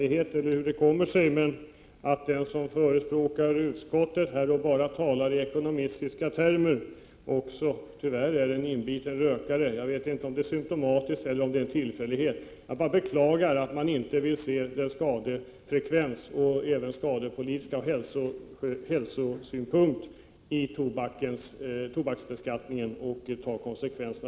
Jag vet inte hur det kommer sig att den som är utskottets förespråkare och som också han bara resonerar i ekonomiska termer tyvärr är en inbiten rökare. Det är ovisst om det är symtomatiskt eller bara en tillfällighet. Jag beklagar bara att man inte ser på tobakens skadeverkningar och tar konsekvenserna härav när det gäller tobaksbeskattningen.